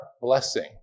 blessing